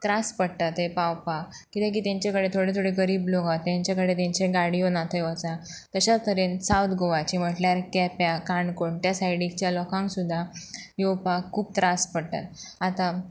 त्रास पडटा थंय पावपाक कित्याक की तेंचे कडेन थोडे थोडे गरीब लोक आहत तेंचे कडेन तेंचे गाडयो ना थंय वचांक तश्या तरेन सावथ गोवाचे म्हटल्यार केप्यां काणकोण त्या सायडीकच्या लोकांक सुद्दां येवपाक खूब त्रास पडटात आतां